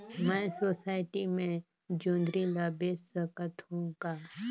मैं सोसायटी मे जोंदरी ला बेच सकत हो का?